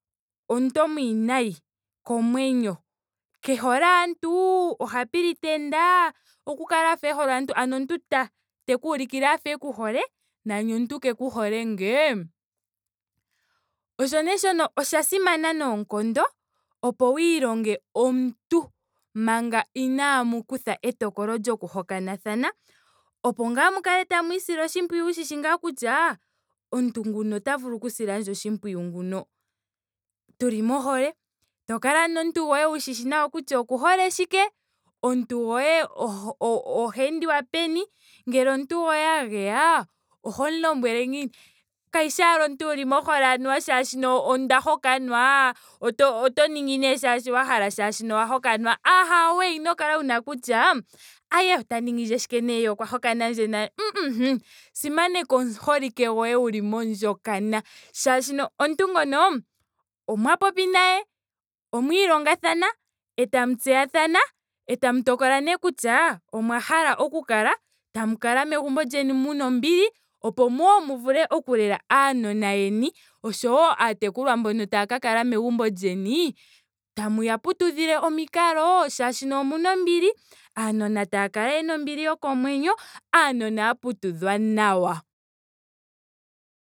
Omuntu omwiinayi komwenyo. ke hole aantu. oha pretend. oku kala efa e hole aantu. ano omuntu ta- teku ulikile afa e ku hole. nani omuntu keku hole ngee. Osho nee shono osha simana noonkondo opo wu ilonge omuntu manga inaamu kuthe etokolo lyoku hokanathana opo ngaa mu kale tamu sile oshipwiyu. wushishi ngaa kutya omuntu nguno ota vulu oku silandje oshimpwiyu nguno. Tuli mohole. to kala nomuntu goye wushishi nawa kutya oku hole shike. omuntu oho- ohe- oha endiwa peni. ngele omuntu goye a geya ohomu lombwele ngiini. Kashishi ashike omuntu wuli mohole anuwa molwaashoka onda hokanwa. ot- oto ningi nee shaashi wa hala molwaashoka owa hokanwa. ahawe ino kala wuna kutya ae ota ningindje shine nee ye oka hokana ndje nale. simaneka omuholike goye wuli mondjokana. Molwaashoka omuntu ngoka omwa popi naye. omwa ilongathana. etamu tseyathana. etamu tokola nee kutya omwa hala oku kala. etamu kala megumbo lyeni muna ombili. opo wo mu vule oku lela aanona yeni oshowo aatekulwa mboko taaka kala megumbo lyeni. tamuya putudhile omikalo molwaashoka omuna ombili. aanona oyena ombili yokomwenyo. aanona ya putudhwa nawa